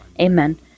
amen